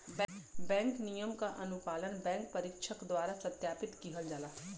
bank नियम क अनुपालन बैंक परीक्षक द्वारा सत्यापित किहल जाला